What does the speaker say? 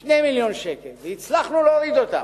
2 מיליוני שקל והצלחנו להוריד את מחירן.